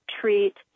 treat